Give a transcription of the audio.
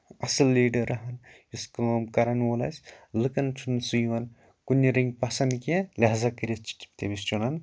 اصٕل لیٖڈَر ہن یُس کٲم کَران وول آسہِ لُکَن چھُ نہٕ سُہ یِوان کُنہِ رٔنٛگۍ پَسنٛد کیٚنٛہہ لِحاظہ کٔرِتھ چھِ تٔمِس چُنان کیٚنٛہہ